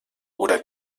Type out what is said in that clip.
oder